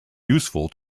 useful